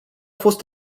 fost